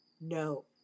No